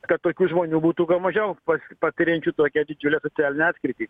kad tokių žmonių būtų kuo mažiau pas patiriančių tokią didžiulę socialinę atskirtį